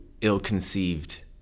ill-conceived